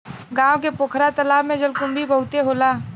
गांव के पोखरा तालाब में जलकुंभी बहुते होला